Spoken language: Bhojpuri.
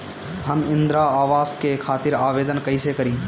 हम इंद्रा अवास के खातिर आवेदन कइसे करी?